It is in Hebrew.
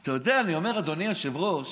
אתה יודע, אני אומר, אדוני היושב-ראש,